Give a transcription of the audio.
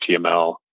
HTML